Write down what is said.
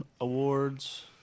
Awards